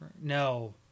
No